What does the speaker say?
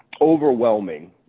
overwhelming